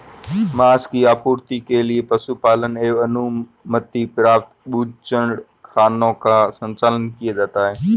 माँस की आपूर्ति के लिए पशुपालन एवं अनुमति प्राप्त बूचड़खानों का संचालन किया जाता है